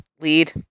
lead